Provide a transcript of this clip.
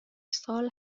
سال